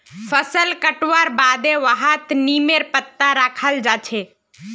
फसल कटवार बादे वहात् नीमेर पत्ता रखाल् जा छे